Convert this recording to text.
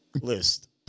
list